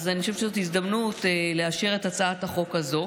אני חושבת שזו הזדמנות לאשר את הצעת החוק הזו,